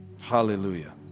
Hallelujah